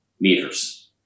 meters